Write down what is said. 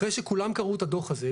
אחרי שכולם קראו את הדוח הזה,